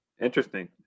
Interesting